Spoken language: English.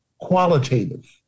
qualitative